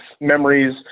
memories